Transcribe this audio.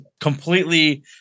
completely